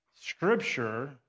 scripture